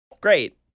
Great